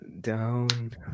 Down